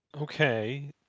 Okay